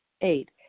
Eight